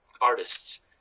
artists